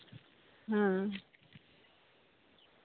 ᱦᱮᱸ